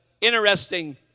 interesting